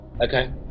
Okay